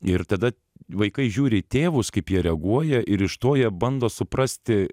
ir tada vaikai žiūri į tėvus kaip jie reaguoja ir iš to jie bando suprasti